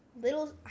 Little